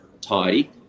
tidy